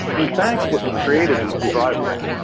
in fact, what was creative is the drywall.